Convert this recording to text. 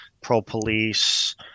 pro-police